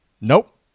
Nope